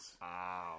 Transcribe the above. Wow